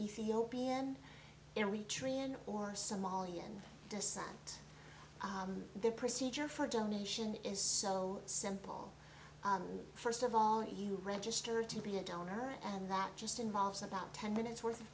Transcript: ethiopia in retreat or somalian descent their procedure for donation is so simple first of all you register to be a donor and that just involves about ten minutes worth of